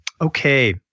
Okay